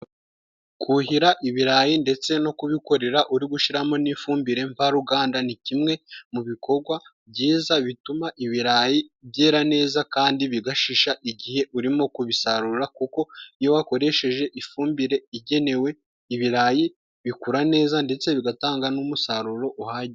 Kuhira ibirayi ndetse no kubikorera uri gushiramo n'ifumbire mvaruganda ni kimwe mu bikogwa byiza bituma ibirayi byera neza kandi bigashisha igihe urimo kubisarura. Kuko iyo wakoresheje ifumbire igenewe ibirayi, bikura neza ndetse bigatanga n'umumusaruro uhagije.